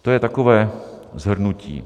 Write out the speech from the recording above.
To je takové shrnutí.